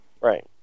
Right